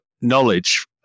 knowledge